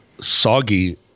soggy